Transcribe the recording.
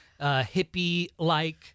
hippie-like